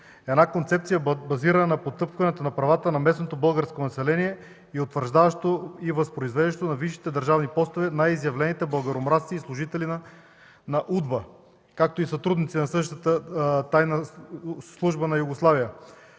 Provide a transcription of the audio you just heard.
концепция, базирана върху потъпкването на правата на местното българско население и утвърждаващо и възпроизвеждащо на висши държавни постове най-изявените българомразци и служители на УДБА, както и сътрудници на същата тайна служба на Югославия.